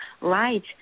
right